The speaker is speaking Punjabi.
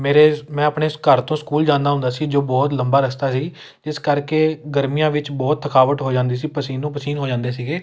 ਮੇਰੇ ਮੈਂ ਆਪਣੇ ਘਰ ਤੋਂ ਸਕੂਲ ਜਾਂਦਾ ਹੁੰਦਾ ਸੀ ਜੋ ਬਹੁਤ ਲੰਬਾ ਰਸਤਾ ਸੀ ਜਿਸ ਕਰਕੇ ਗਰਮੀਆਂ ਵਿੱਚ ਬਹੁਤ ਥਕਾਵਟ ਹੋ ਜਾਂਦੀ ਸੀ ਪਸੀਨੋ ਪਸੀਨ ਹੋ ਜਾਂਦੇ ਸੀਗੇ